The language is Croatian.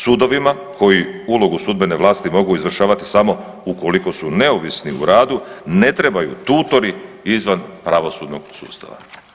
Sudovima koji ulogu sudbene vlasti mogu izvršavati ukoliko su neovisni u radu ne trebaju tutori izvan pravosudnog sustava.